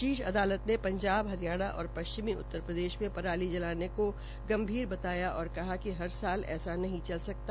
शीर्ष अदालत ने पंजाब हरियाणा और पश्चिमी उत्तर प्रदेश में पराली जलाने को भी गंभीर बताया और कहा कि हर साल ऐसा नहीं चल सकता